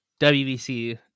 WBC